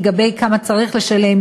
לגבי כמה צריך לשלם,